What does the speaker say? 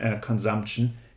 consumption